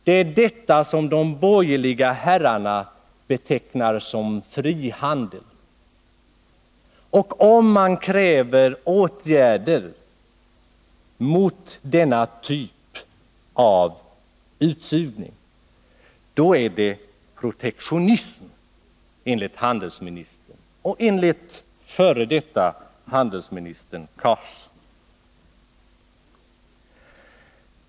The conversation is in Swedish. Det är detta som de borgerliga herrarna betecknar som frihandel. Och om man kräver åtgärder mot denna typ av utsugning, då är det protektionism enligt handelsministern och enligt förre handelsministern Hadar Cars.